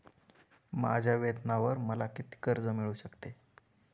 माझ्या वेतनावर मला किती कर्ज मिळू शकते?